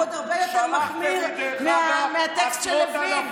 והוא עוד הרבה יותר מחמיר מהטקסט של לוין,